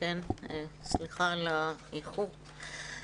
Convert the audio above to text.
סליחה על האיחור.